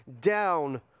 down